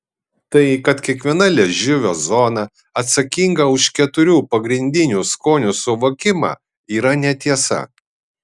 tai kad kiekviena liežuvio zona atsakinga už keturių pagrindinių skonių suvokimą yra netiesa